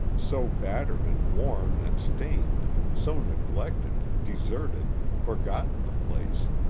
so battered and worn and stained so neglected, deserted, forgotten the place,